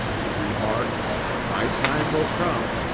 he remarked my time will come.